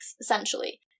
essentially